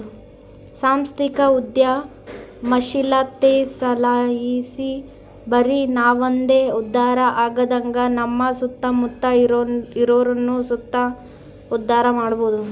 ಸಾಂಸ್ಥಿಕ ಉದ್ಯಮಶೀಲತೆಲಾಸಿ ಬರಿ ನಾವಂದೆ ಉದ್ಧಾರ ಆಗದಂಗ ನಮ್ಮ ಸುತ್ತಮುತ್ತ ಇರೋರ್ನು ಸುತ ಉದ್ಧಾರ ಮಾಡಬೋದು